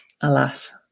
alas